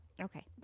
Okay